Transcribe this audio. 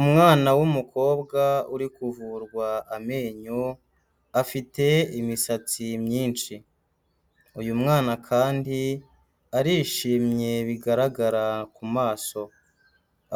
Umwana w'umukobwa uri kuvurwa amenyo, afite imisatsi myinshi, uyu mwana kandi arishimye bigaragara ku maso,